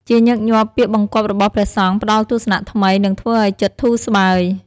ជាញឹកញាប់ ពាក្យបង្គាប់របស់ព្រះសង្ឃផ្តល់ទស្សនៈថ្មី និងធ្វើឱ្យចិត្តធូរស្បើយ។